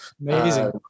amazing